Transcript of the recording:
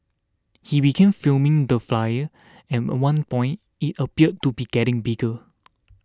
he began filming the fire and at one point it appeared to be getting bigger